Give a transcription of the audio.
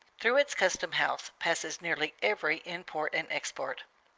through its custom-house passes nearly every import and export.